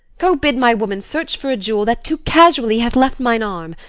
go bid my woman search for a jewel that too casually hath left mine arm.